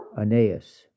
Aeneas